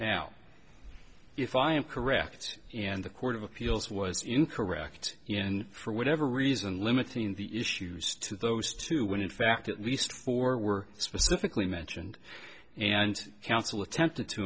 now if i am correct and the court of appeals was incorrect in for whatever reason limiting the issues to those two when in fact at least four were specifically mentioned and counsel attempted to